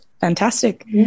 fantastic